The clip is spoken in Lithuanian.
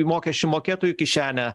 į mokesčių mokėtojų kišenę